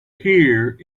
here